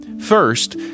First